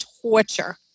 torture